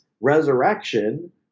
resurrection